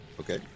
Okay